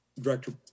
Director